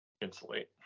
insulate